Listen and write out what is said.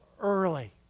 early